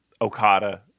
Okada